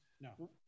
no